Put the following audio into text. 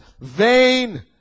vain